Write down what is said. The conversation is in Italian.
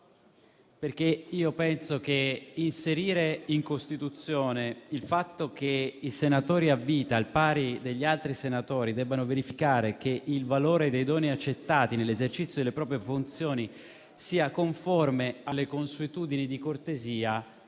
1.1057, io penso che la disposizione secondo la quale i senatori a vita, al pari degli altri senatori, devono verificare che il valore dei doni accettati nell'esercizio delle proprie funzioni sia conforme alle consuetudini di cortesia